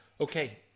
Okay